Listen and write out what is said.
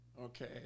Okay